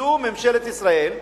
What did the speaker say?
זו ממשלת ישראל,